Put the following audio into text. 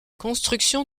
construction